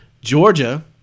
Georgia